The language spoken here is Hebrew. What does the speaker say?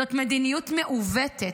זאת מדיניות מעוותת.